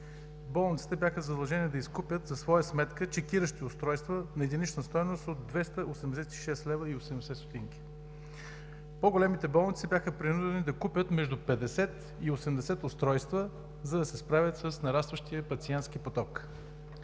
Болниците бяха задължени да изкупят за своя сметка чекиращи устройства на единична стойност от 286,80 лв. По-големите болници бяха принудени да купят между 50 и 80 устройства, за да се справят с нарастващия пациентски поток.